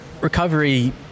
recovery